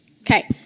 Okay